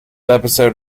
episode